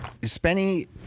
Spenny